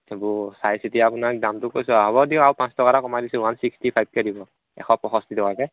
এইবোৰ চাই চিতি আপোনাক দামটো কৈছো হ'ব দিয়ক আৰু পাঁচ টকা এটা কমাই দিছোঁ ওৱান ছিক্সটি ফাইভকে দিব এশ পঁয়ষষ্ঠি টকাকৈ